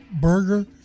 burger